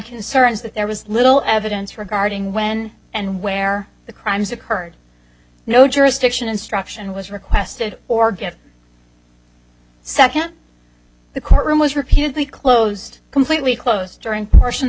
concerns that there was little evidence regarding when and where the crimes occurred no jurisdiction instruction was requested or get second the courtroom was repeatedly closed completely closed during persons